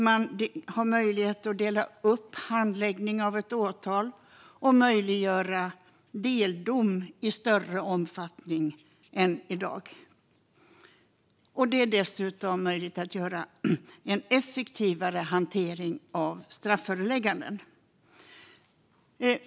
Man får möjlighet att dela upp handläggning av ett åtal, och deldom möjliggörs i större omfattning än i dag. Dessutom möjliggörs en effektivare hantering av strafförelägganden.